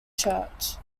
church